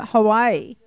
Hawaii